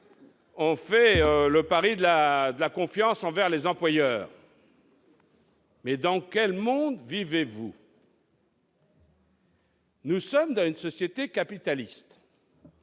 faites le pari de la confiance envers les employeurs. Mais dans quel monde vivez-vous ? Nous sommes dans une société capitaliste.